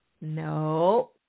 no